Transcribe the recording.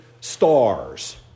stars